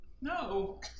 No